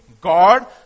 God